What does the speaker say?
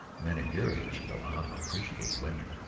men of your age know how to appreciate women.